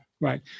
right